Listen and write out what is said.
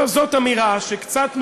זאת אמירה שקצת נוגדת,